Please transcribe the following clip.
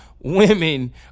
women